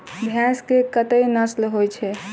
भैंस केँ कतेक नस्ल होइ छै?